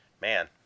man